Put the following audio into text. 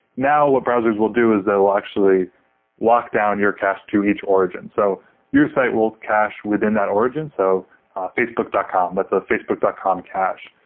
now, what browsers will do is they will actually lock down your cache to each origin. so your site will cache within that origin. so facebook dot com, that's a facebook dot com cache,